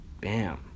Bam